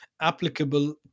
applicable